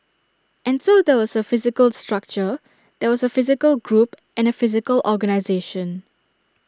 and so there was A physical structure there was A physical group and A physical organisation